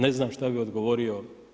Ne znam što bih odgovorio.